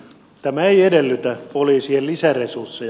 tämä ei edellytä poliisien lisäresursseja